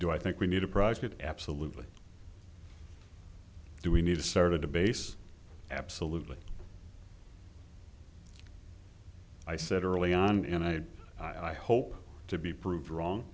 do i think we need a private absolutely do we need to start a debase absolutely i said early on and i i hope to be proved wrong